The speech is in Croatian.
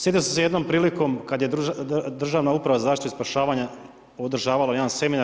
Sjetio sam se jednom prilikom kad je Državna uprava za zaštitu i spašavanje održavala jedan seminar.